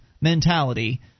mentality